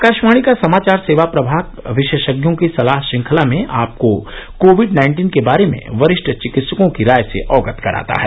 आकाशवाणी का समाचार सेवा प्रभाग विशेषज्ञों की सलाह श्रृंखला में आपको कोविड नाइन्टीन के बारे में वरिष्ठ चिकित्सकों की राय से अवगत कराता है